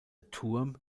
turm